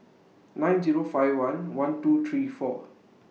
nine Zero five one one two three four